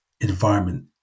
environment